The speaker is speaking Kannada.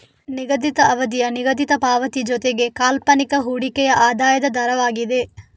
ನಿಗದಿತ ಅವಧಿಯ ನಿಗದಿತ ಪಾವತಿ ಜೊತೆಗೆ ಕಾಲ್ಪನಿಕ ಹೂಡಿಕೆಯ ಆದಾಯದ ದರವಾಗಿದೆ